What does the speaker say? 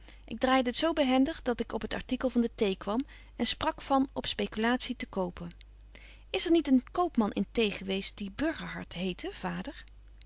ik draaide het zo behendig dat ik op het artikel van de thee kwam en sprak van op speculatie te kopen is er niet een koopman in thee geweest die burgerhart heette vader